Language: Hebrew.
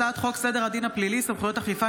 הצעת חוק סדר הדין הפלילי (סמכויות אכיפה,